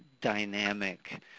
dynamic